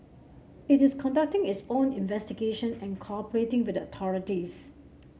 it is conducting its own investigation and cooperating with the authorities